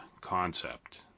concept